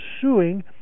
suing